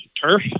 Turf